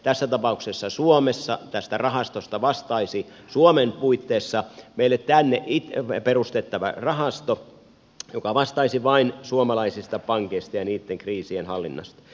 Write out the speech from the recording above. tässä tapauksessa suomessa tästä rahastosta vastaisi suomen puitteissa tänne perustettava rahasto joka vastaisi vain suomalaisista pankeista ja niitten kriisien hallinnasta